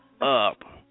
up